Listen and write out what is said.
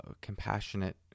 compassionate